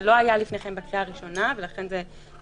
זה לא היה לפני כן בקריאה הראשונה לכן זה סומן.